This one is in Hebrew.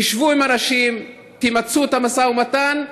תשבו עם האנשים, תמצו את המשא ומתן.